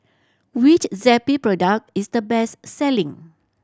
which Zappy product is the best selling